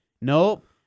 Nope